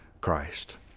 Christ